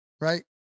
right